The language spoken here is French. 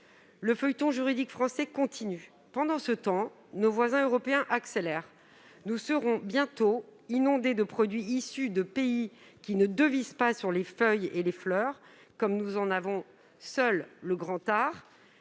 le feuilleton juridique français continue. Pendant ce temps, nos voisins européens accélèrent. Nous serons bientôt inondés de produits issus de pays où l'on ne devise pas sur les feuilles et sur les fleurs, comme nous seuls en avons le grand art.